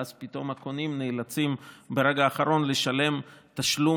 ואז פתאום הקונים נאלצים ברגע האחרון לשלם תשלום